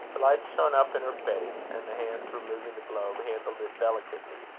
the light shone up in her face, and the hands removing the globe handled it delicately.